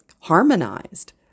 harmonized